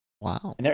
Wow